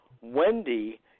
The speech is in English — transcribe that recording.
Wendy